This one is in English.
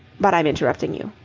but i'm interrupting you.